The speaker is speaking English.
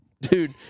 dude